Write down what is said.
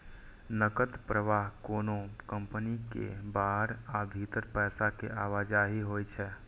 नकद प्रवाह कोनो कंपनी के बाहर आ भीतर पैसा के आवाजही होइ छै